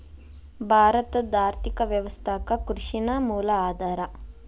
ಭಾರತದ್ ಆರ್ಥಿಕ ವ್ಯವಸ್ಥಾಕ್ಕ ಕೃಷಿ ನ ಮೂಲ ಆಧಾರಾ